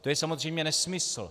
To je samozřejmě nesmysl.